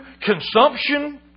consumption